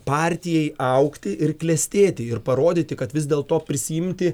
partijai augti ir klestėti ir parodyti kad vis dėl to prisiimti